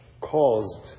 caused